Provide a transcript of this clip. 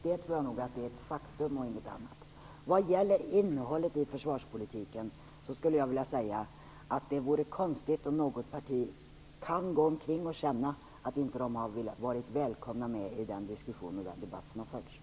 Det tror jag nog är ett faktum och inget annat. Vad gäller innehållet i försvarspolitiken vill jag säga att det vore konstigt om man i något parti kan känna att man inte har varit välkommen med i den diskussion och debatt som har förts.